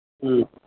ꯎꯝ